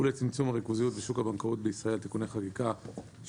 ולצמצום הריכוזיות בשוק הבנקאות בישראל (תיקוני חקיקה)(שינוי